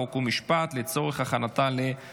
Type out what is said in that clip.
חוק ומשפט נתקבלה.